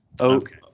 Okay